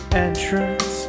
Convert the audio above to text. entrance